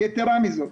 יתרה מזאת,